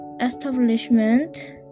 establishment